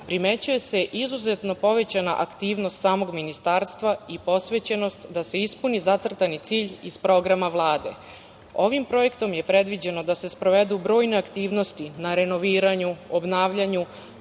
primećuje se izuzetno povećana aktivnost samog Ministarstva i posvećenost da se ispuni zacrtani cilj iz programa Vlade. Ovim projektom je predviđeno da se sprovedu brojne aktivnosti na renoviranju, obnavljanju,